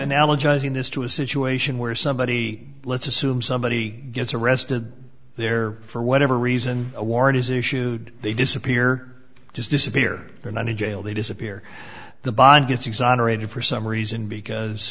this to a situation where somebody let's assume somebody gets arrested there for whatever reason a warrant is issued they disappear just disappear they're not in jail they disappear the bond gets exonerated for some reason because